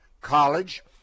College